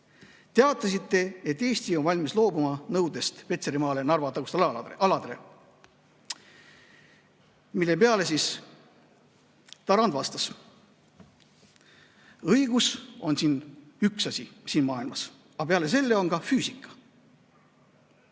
teatasite, et Eesti on valmis loobuma nõudest Petserimaale ja Narva-tagustele aladele. Mille peale Tarand vastas, et õigus on üks asi siin maailmas, aga peale selle on ka füüsika.